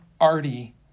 arty